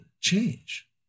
change